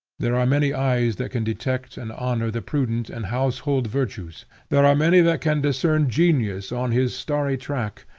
there are many eyes that can detect and honor the prudent and household virtues there are many that can discern genius on his starry track,